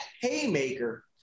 haymaker